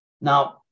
Now